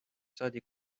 saadi